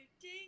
ding